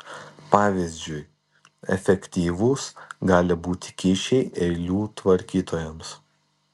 pavyzdžiui efektyvūs gali būti kyšiai eilių tvarkytojams